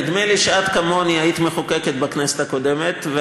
נדמה לי שאת כמוני היית מחוקקת בכנסת הקודמת,